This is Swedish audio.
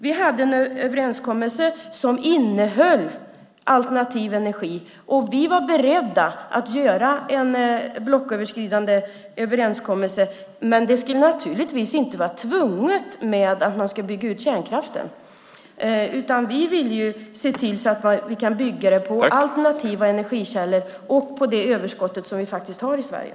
Vi hade en överenskommelse som innehöll alternativ energi, och vi var beredda att göra en blocköverskridande överenskommelse, men det ska naturligtvis inte behöva vara hopkopplat med att man bygger ut kärnkraften. I stället vill vi bygga den på alternativa energikällor och på det överskott som vi faktiskt har i Sverige.